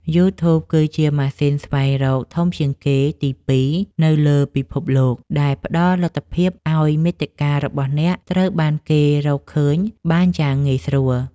យូធូប គឺជាម៉ាស៊ីនស្វែងរកធំជាងគេទីពីរនៅលើពិភពលោក ដែលផ្តល់លទ្ធភាពឱ្យមាតិការបស់អ្នកត្រូវបានគេរកឃើញបានយ៉ាងងាយស្រួល។